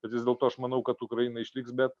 bet vis dėlto aš manau kad ukraina išliks bet